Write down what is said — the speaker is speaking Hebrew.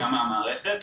וגם מהמערכת,